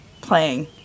playing